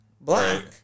black